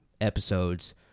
episodes